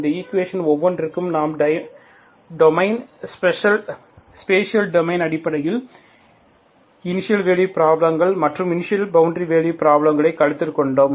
இந்த ஈக்குவேஷன் ஒவ்வொன்றிற்கும் நாம் டொமைன் ஸ்பேஷியல் டொமைன் அடிப்படையில் இனிஷியல் வேல்யூ பிராப்லங்கள் மற்றும் இனிஷியல் பவுண்டரி வேல்யூ பிராப்லங்கள்களை கருத்தில் கொண்டோம்